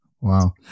wow